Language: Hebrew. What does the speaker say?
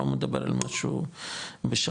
לא מדבר על משהו בשמיים,